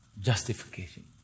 Justification